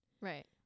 Right